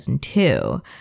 two